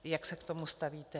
Jak se k tomu stavíte?